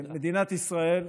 מדינת ישראל,